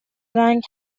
رنگ